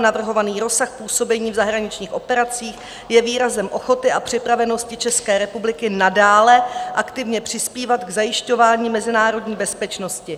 Navrhovaný rozsah působení v zahraničních operacích je výrazem ochoty a připravenosti České republiky nadále aktivně přispívat k zajišťování mezinárodní bezpečnosti.